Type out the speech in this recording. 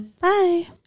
Bye